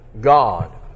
God